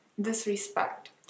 disrespect